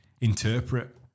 interpret